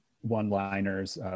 one-liners